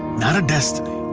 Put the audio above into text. not a destiny.